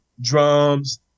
drums